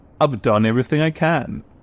I've-done-everything-I-can